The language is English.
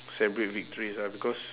celebrate victories ah because